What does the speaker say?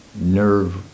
nerve